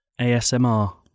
ASMR